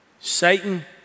Satan